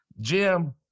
Jim